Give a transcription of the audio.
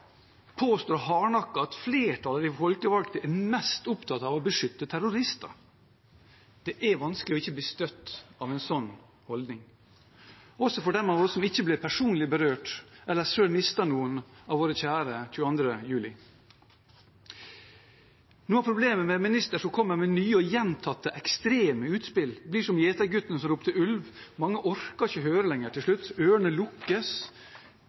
påstår hardnakket at flertallet av de folkevalgte er mest opptatt av å beskytte terrorister. Det er vanskelig ikke å bli støtt av en sånn holdning, også for dem av oss som ikke ble personlig berørt, eller selv mistet noen av våre kjære den 22. juli. Noe av problemet med en minister som kommer med nye og gjentatte, ekstreme utspill blir som gjetergutten som ropte ulv. Mange orker ikke høre lenger til slutt. Ørene lukkes.